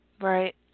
Right